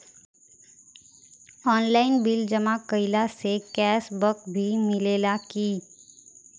Online bill जमा कईला से कैश बक भी मिलेला की?